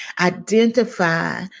identify